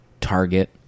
Target